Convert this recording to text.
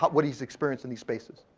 but what he's experienced in these spaces.